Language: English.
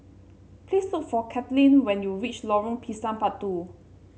please look for Kaitlynn when you reach Lorong Pisang Batu